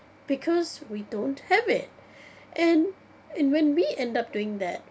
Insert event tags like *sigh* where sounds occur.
because we don't have it *breath* and and when we end up doing that